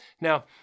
Now